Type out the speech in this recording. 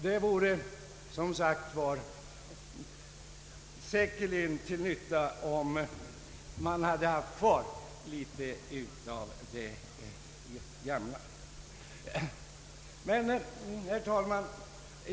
Det vore för övrigt, som sagt, säkerligen till nytta om man hade kvar litet av det gamla. Herr talman!